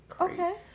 okay